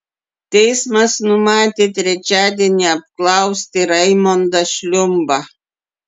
teismas numatė trečiadienį apklausti raimondą šliumbą